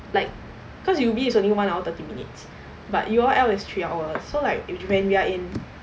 like cause U_B is only one hour thirty minutes but U_O_L is three hour so like when we are in